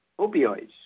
opioids